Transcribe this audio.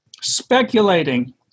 speculating